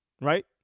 right